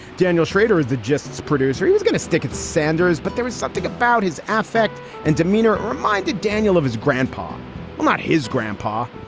daniel schrader is the justice producer. he was going to stick at sanders, but there was something about his affect and demeanor, reminded daniel of his grandpa i'm not his grandpa,